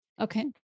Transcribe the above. Okay